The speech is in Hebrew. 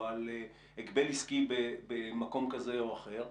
או הגבל עסקי במקום כזה או אחר,